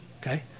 Okay